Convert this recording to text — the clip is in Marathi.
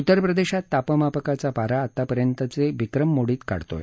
उत्तर प्रदेशात तापमापकाचा पारा आतापर्यंतचे विक्रम मोडीत काढत आहे